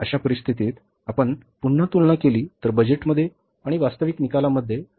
अशा परिस्थितीत आपण पुन्हा तुलना केली तर बजेटमध्ये आणि वास्तविक निकालांमध्ये फरक आहे